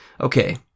Okay